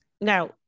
Now